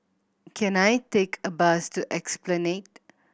can I take a bus to Esplanade